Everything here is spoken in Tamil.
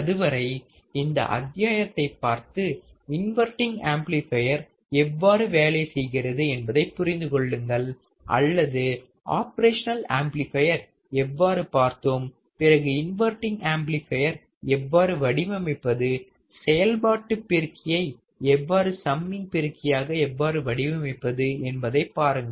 அதுவரை இந்த அத்தியாயத்தையை பார்த்து இன்வெர்டிங் ஆம்ப்ளிபையர் எவ்வாறு வேலை செய்கிறது என்பதை புரிந்து கொள்ளுங்கள் அல்லது ஆபிரேஷனல் ஆம்ப்ளிபையர் எவ்வாறு பார்த்தோம் பிறகு இன்வெர்டிங் ஆம்ப்ளிபையர் எவ்வாறு வடிவமைப்பது செயல்பாட்டு பெருக்கியை எவ்வாறு சம்மிங் பெருக்கியாக எவ்வாறு வடிவமைப்பது என்பதை பாருங்கள்